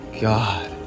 God